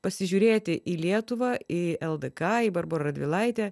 pasižiūrėti į lietuvą į ldk į barborą radvilaitę